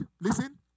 listen